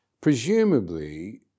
presumably